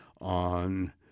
on